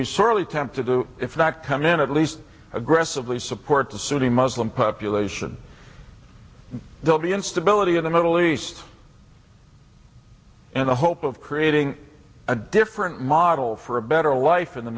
be sorely tempted to if not come in at least aggressively support the sunni muslim population they'll be instability in the middle east in the hope of creating a differ model for a better life in the